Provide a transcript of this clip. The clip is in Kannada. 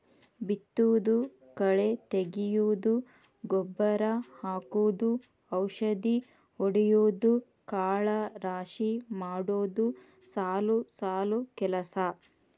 ಬಿತ್ತುದು ಕಳೆ ತಗಿಯುದು ಗೊಬ್ಬರಾ ಹಾಕುದು ಔಷದಿ ಹೊಡಿಯುದು ಕಾಳ ರಾಶಿ ಮಾಡುದು ಸಾಲು ಸಾಲು ಕೆಲಸಾ